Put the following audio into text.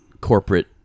corporate